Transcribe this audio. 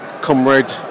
Comrade